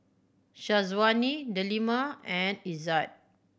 Syazwani Delima and Izzat